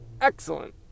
excellent